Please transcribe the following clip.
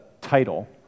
title